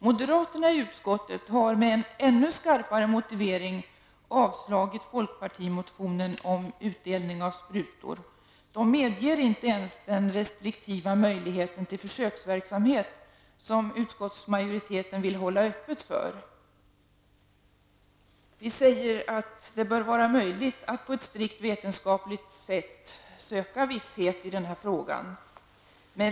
Moderaterna i utskottet har med en ännu skarpare motivering avstyrkt folkpartimotionen om utdelning av sprutor. De medger inte ens den restriktiva möjligheten till försöksverksamhet, som utskottsmajoriteten vill hålla öppen. Vi säger att det bör vara möjligt att på ett strikt vetenskapligt sätt söka visshet i denna fråga.